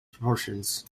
proportions